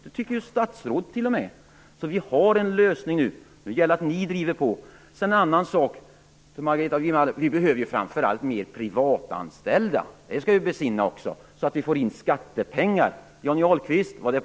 Det tycker ju t.o.m. statsrådet. Vi har en lösning. Nu gäller det att ni driver på. En annan sak är att vi framför allt behöver fler privatanställda så att vi får in skattepengar netto.